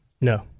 No